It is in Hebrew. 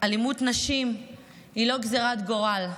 אלימות נגד נשים היא לא גזרת גורל.